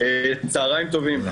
צהריים טובים,